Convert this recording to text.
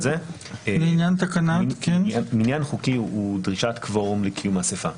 מניין חוקי הוא דרישת קוורום לקיום אסיפה.